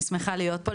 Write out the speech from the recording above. אני שמחה להיות פה,